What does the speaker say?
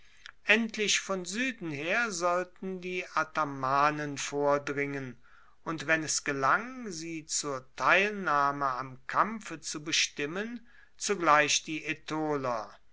endlich von sueden her sollten die athamanen vordringen und wenn es gelang sie zur teilnahme am kampfe zu bestimmen zugleich die